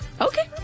Okay